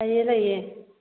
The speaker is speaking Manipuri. ꯂꯩꯌꯦ ꯂꯩꯌꯦ